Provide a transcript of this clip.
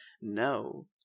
NO